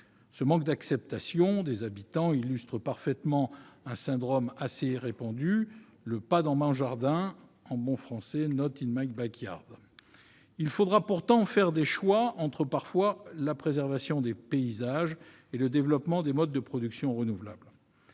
Ce manque d'acceptation de la part des habitants illustre parfaitement un syndrome assez répandu : le « pas dans mon jardin », en bon français. Pourtant, il faudra parfois faire des choix entre la préservation des paysages et le développement des modes de production renouvelables.